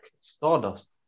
Stardust